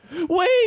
wait